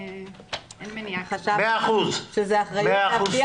חשבתי שזאת אחריותי להציע.